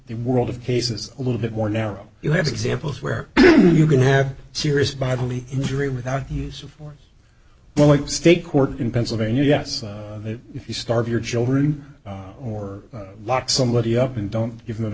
the world of cases a little bit more narrow you have examples where you can have serious bodily injury without the use of force but like state court in pennsylvania yes if you starve your children or lock somebody up and don't give them